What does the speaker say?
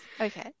Okay